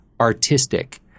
artistic